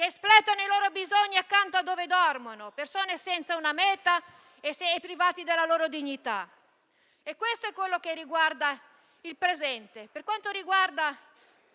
espletando i loro bisogni accanto a dove dormono, senza una meta e private della loro dignità. Questo è quello che riguarda il futuro. Per quanto riguarda